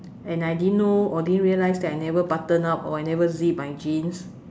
and I didn't know or didn't realize that I never button up or I never zip my jeans